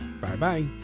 Bye-bye